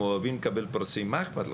אוהבים פרסים מה אכפת לך?